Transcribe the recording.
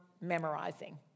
memorizing